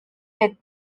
hit